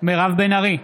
מירב בן ארי,